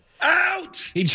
Out